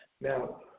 Now